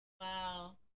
Wow